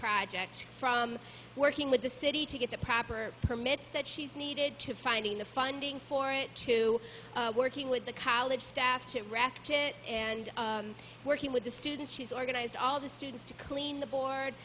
project from working with the city to get the proper permits that she needed to finding the funding for it to working with the college staff to correct it and working with the students she's organized all the students to clean the board